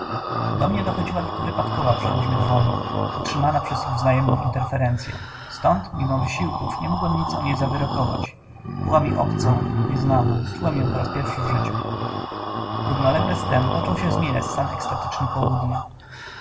do mnie dochodziła tylko wypadkowa przeróżnych woni otrzymana przez ich wzajemną interferencyę stąd mimo wysiłków nie mogłem nic o niej zawyrokować była mi obcą nieznaną czułem ją po raz pierwszy w życiu równolegle z tem począł się zmieniać stan ekstatyczny południa